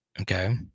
Okay